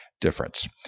difference